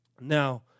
Now